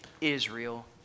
Israel